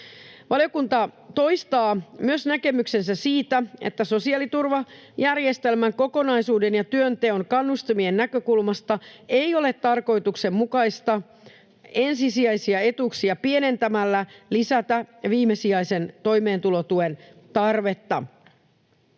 Valiokunta toistaa myös näkemyksensä siitä, että sosiaaliturvajärjestelmän kokonaisuuden ja työnteon kannustimien näkökulmasta ei ole tarkoituksenmukaista ensisijaisia etuuksia pienentämällä lisätä viimesijaisen toimeentulotuen tarvetta.